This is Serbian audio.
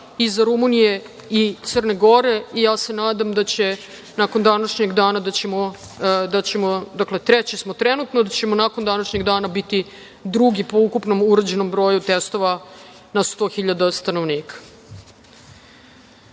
iza Rumunije i Crne Gore. Ja se nadam da nakon današnjeg dana, dakle, treći smo trenutno, da ćemo nakon današnjeg dana biti drugi po ukupnom urađenom broju testova na 100.000 stanovnika. Od